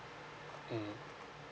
mmhmm